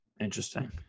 Interesting